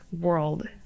world